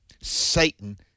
Satan